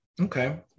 Okay